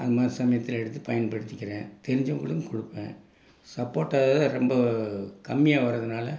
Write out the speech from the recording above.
அது மாதிரி சமயத்திலே எடுத்து பயன்படுத்திக்கிறேன் தெரிஞ்சவர்களுக்கும் கொடுப்பேன் சப்போட்டா தான் ரொம்ப கம்மியாக வரதுனால்